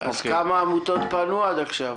כמה עמותות פנו עד עכשיו?